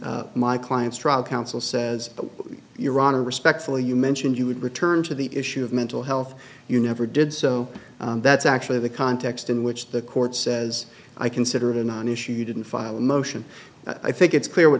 my client's trial counsel says but iran and respectfully you mentioned you would return to the issue of mental health you never did so that's actually the context in which the court says i consider it a non issue you didn't file a motion i think it's clear what